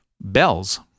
bells